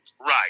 right